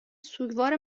سوگوار